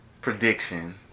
prediction